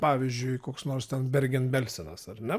pavyzdžiui koks nors ten bergenbelsenas ar ne